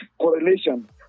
correlation